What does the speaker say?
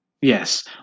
yes